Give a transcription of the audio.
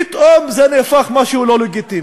פתאום זה נהפך למשהו לא לגיטימי?